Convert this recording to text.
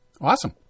Awesome